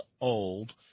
old